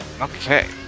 Okay